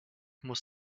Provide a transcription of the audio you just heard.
muss